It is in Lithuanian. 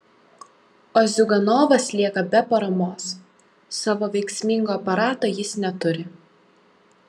o ziuganovas lieka be paramos savo veiksmingo aparato jis neturi